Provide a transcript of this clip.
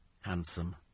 handsome